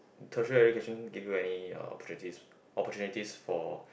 tertiary education give you any uh opportunities for